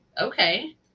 okay